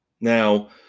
Now